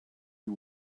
you